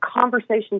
conversation